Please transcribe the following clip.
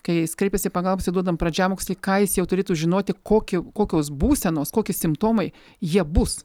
kai jis kreipiasi pagalbos jam duodam pradžiamokslį ką jis jau turėtų žinoti kokį kokios būsenos kokie simptomai jie bus